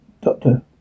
doctor